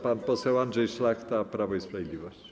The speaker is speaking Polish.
Pan poseł Andrzej Szlachta, Prawo i Sprawiedliwość.